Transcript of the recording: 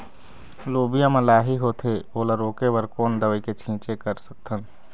लोबिया मा लाही होथे ओला रोके बर कोन दवई के छीचें कर सकथन?